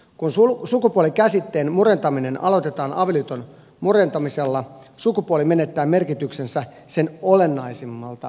kun sukupuoli käsitteen murentaminen aloitetaan avioliiton murentamisella sukupuoli menettää merkityksensä sen olennaisimmalta osalta